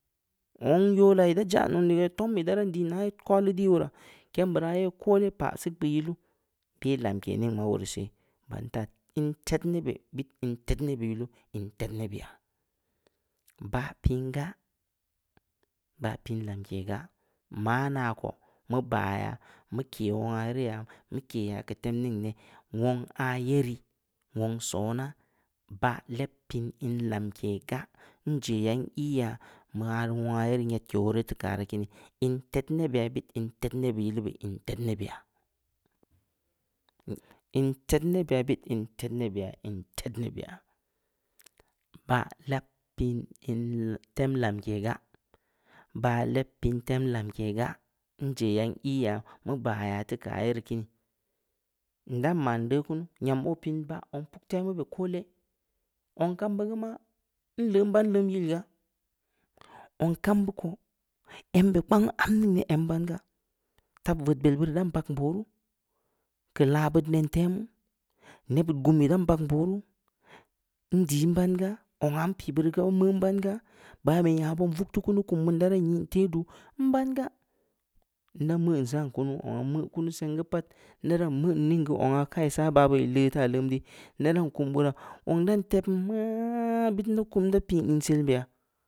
Zong yola, ii da jaan zong tom ii da raan diin kolu dii wo raa, kem beu raa ye koole paah zig beu yiluu, beh lamke ning ma woruu seh, baan taa, in tednne beh, bit in tetnne beh yiluu, in tednne beya. baah piin gaa, baah piin lamke gaa, maa na koo, mu baa yaa, mu keh wongha ye rii ya, mu ke yaa, mu ke ya keu tem ningneh, wong aah ye rii, wong sona, baah leb piin in lamke gaa, nje yaa, n'ii yaa, ma aah ye rii kiini, in tednne beya, bit in tednne beh yiluu beh in tednne beya, in tednned, bit in tednne be ya, in tednne beyaa, baah leb piin inn temlamke gaa, baah leb piin tem lamke gaa, nje yaa n-ii yaa, mu baa yaa, teu keu aye rii kiini, nda nma ndeu kunu, nyam oo piin baah zong puktemu beh koole, zong kambud geu maa, nleu nban leum yil gaa, zong kambeud ko, em beh kpangnhu am ning neh em nban gaa, tab veud bel beud ii dan bagnm boo ruu, keu laa beud nen temu, neb beud gum ii dan bagnm boo ruu, ndii nban gaa, zong aah npii beu rii geu ndii nban gaa, zong ahh npii beu rii nmeu nban gaa, ban beh ya beun vug teu kunu, kum beun da ran nyin teh duu, nban ga, nda meun saan kunu, zong aah nmeu kunu seng geu pat, nda ran meun ning geu zong aah kaa ii saa baah beu ii leu taa leum dii,